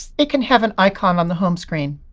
it can have an icon on the home screen.